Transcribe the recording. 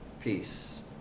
peace